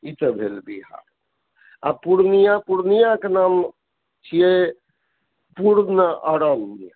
ई तऽ भेल बिहार आ पूर्णिया पूर्णियाके नाम छियै पूर्ण अरण्य